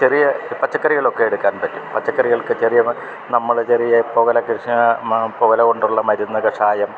ചെറിയ പച്ചക്കറികളൊക്കെ എടുക്കാൻ പറ്റും പച്ചക്കറികൾക്ക് ചെറിയ നമ്മൾ ചെറിയ പൊകല കൃഷി പൊകല കൊണ്ട് ഉള്ള മരുന്ന് കഷായം